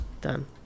Done